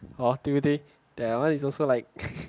oh tilting that [one] is also like